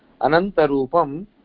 Anantarupam